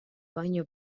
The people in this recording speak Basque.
baina